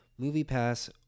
MoviePass